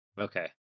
Okay